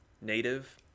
native